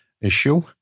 issue